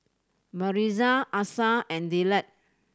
Marisa Asa and Dillard